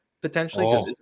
potentially